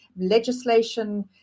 legislation